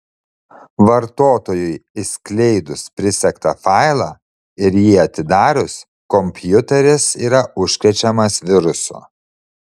vartotojui išskleidus prisegtą failą ir jį atidarius kompiuteris yra užkrečiamas virusu